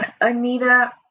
Anita